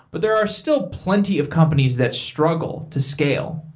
but there are still plenty of companies that struggle to scale.